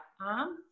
arm